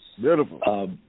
Beautiful